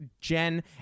Jen